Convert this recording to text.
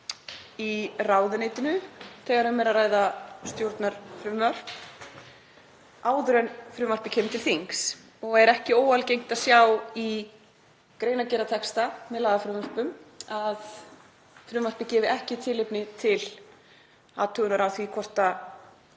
í ráðuneytinu þegar um er að ræða stjórnarfrumvörp áður en frumvarpið kemur til þings og er ekki óalgengt að sjá í greinargerð og texta með lagafrumvörpum að frumvarpið gefi ekki tilefni til athugunar á því hvort það